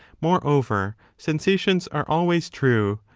moreover, sensations are always true,